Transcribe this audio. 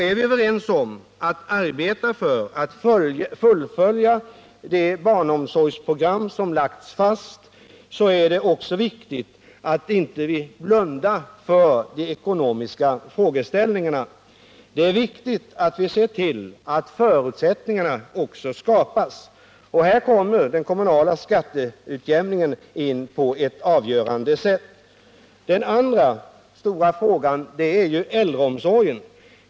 Är vi överens om att arbeta på att fullfölja det barnomsorgsprogram som lagts fast, så är det också viktigt att vi inte blundar för de ekonomiska frågeställningarna. Det är viktigt att vi ser till att förutsättningarna också skapas. Här kommer den kommunala skatteutjämningen in på ett avgörande sätt. Den andra stora frågan är äldreomsorgen.